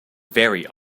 very